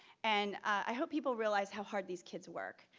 and i hope people realize how hard these kids work.